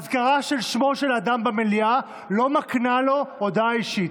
הזכרה של שמו של אדם במליאה לא מקנה לו הודעה אישית.